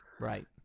right